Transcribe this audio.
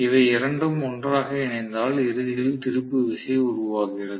இவை இரண்டும் ஒன்றாக இணைந்தால் இறுதியில் திருப்பு விசை உருவாகிறது